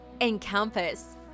encompass